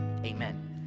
Amen